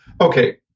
okay